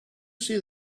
see